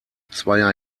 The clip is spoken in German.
zweier